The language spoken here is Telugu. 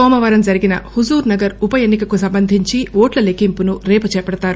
నోమవారం జరిగిన హుజూర్ నగర్ ఉప ఎన్నికకు సంబంధించి ఓట్ల లెక్కింపును రేపు చేపడతారు